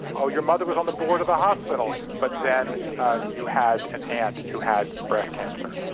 ah your mother was on the board of the hospital but then you had an aunt who had breast cancer.